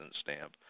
stamp